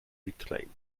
reclaimed